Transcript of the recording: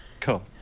Cool